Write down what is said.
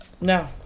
No